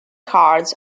cards